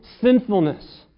sinfulness